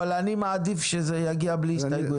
אבל אני מעדיף שזה יהיה בלי הסתייגויות.